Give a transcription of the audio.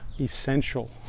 essential